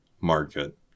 market